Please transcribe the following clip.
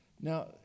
Now